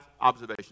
observations